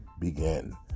begin